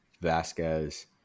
Vasquez